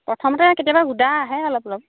প্ৰথমতে কেতিয়াবা ঘোদা আহে অলপ অলপ